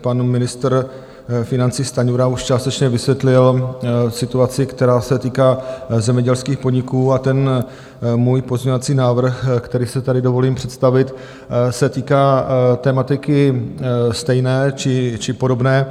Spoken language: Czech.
Pan ministr financí Stanjura už částečně vysvětlil situaci, která se týká zemědělských podniků, a můj pozměňovací návrh, který si tady dovolím představit, se týká tematiky stejné či podobné.